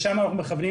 לשם אנחנו מכוונים,